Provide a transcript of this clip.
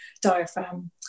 diaphragm